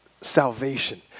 salvation